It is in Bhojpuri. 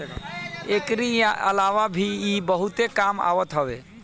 एकरी अलावा भी इ बहुते काम आवत हवे